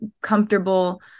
comfortable